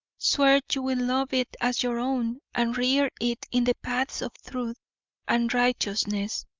swear you will love it as your own and rear it in the paths of truth and righteousness!